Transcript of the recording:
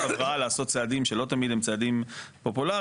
ההבראה לעשות צעדים שלא תמיד הם צעדים פופולריים.